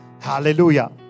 Hallelujah